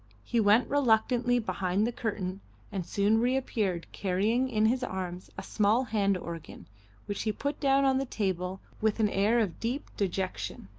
he went reluctantly behind the curtain and soon reappeared carrying in his arms a small hand-organ, which he put down on the table with an air of deep dejection.